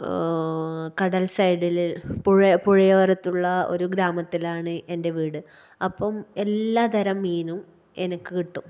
കടല് സൈഡില് പുഴ പുഴയോരത്തുള്ള ഒരു ഗ്രാമത്തിലാണ് എന്റെ വീട് അപ്പം എല്ലാത്തരം മീനും എനിക്ക് കിട്ടും